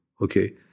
Okay